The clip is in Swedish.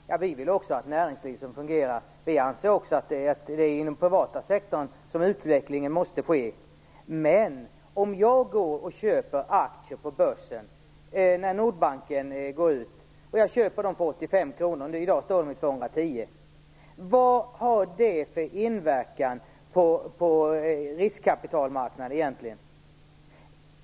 Herr talman! Vi vill också ha ett näringsliv som fungerar. Vi anser också att det är inom den privata sektorn som utvecklingen måste ske. Men om jag köpte Nordbankens aktier för 85 kr när Nordbanken gick ut och om de i dag har gått upp till 210 kr - vad har det då haft för inverkan på riskkapitalmarknaden?